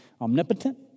omnipotent